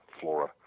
flora